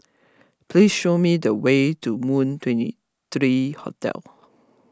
please show me the way to Moon twenty three Hotel